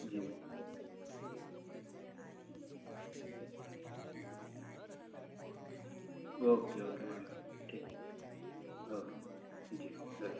जी okay okay ma'am ठीक welcome जी welcome